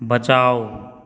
बचाउ